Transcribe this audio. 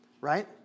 right